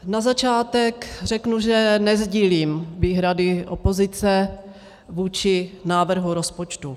Na začátek řeknu, že nesdílím výhrady opozice vůči návrhu rozpočtu.